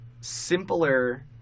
simpler